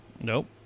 Nope